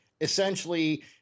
essentially